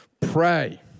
Pray